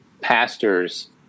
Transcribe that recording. pastors